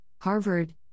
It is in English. Harvard